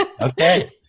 Okay